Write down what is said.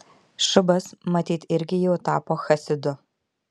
šubas matyt irgi jau tapo chasidu